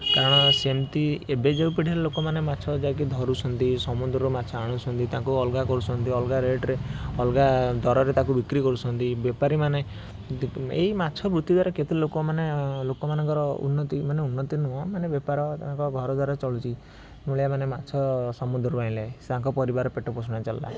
କାରଣ ସେମତି ଏବେ ଯେଉଁ ପିଢ଼ିର ଲୋକମାନେ ମାଛ ଯାଇକି ଧରୁଛନ୍ତି ସମୁଦ୍ରରୁ ମାଛ ଆଣୁଛନ୍ତି ତାଙ୍କୁ ଅଲଗା କରୁଛନ୍ତି ଅଲଗା ରେଟ୍ରେ ଅଲଗା ଦରରେ ତାକୁ ବିକ୍ରି କରୁଛନ୍ତି ବେପାରୀମାନେ ଏମତି ଏଇ ମାଛ ବୃତ୍ତି ଦ୍ୱାରା କେତେ ଲୋକମାନେ ଲୋକମାନଙ୍କର ଉନ୍ନତି ମାନେ ଉନ୍ନତି ନୁହଁ ମାନେ ବେପାର ତାଙ୍କ ଘରଦ୍ୱାର ଚଳୁଛି ଏଇଭଳିଆ ମାନେ ମାଛ ସମୁଦ୍ରରୁ ଆଣିଲେ ତାଙ୍କ ପରିବାର ପେଟ ପୋଷଣ ଚାଲିଲା